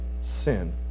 sin